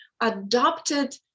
adopted